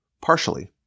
partially